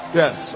yes